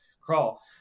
Crawl